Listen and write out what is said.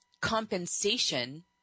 compensation